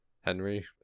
Henry